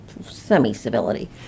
semi-civility